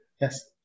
Yes